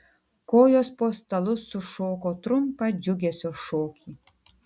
kojos po stalu sušoko trumpą džiugesio šokį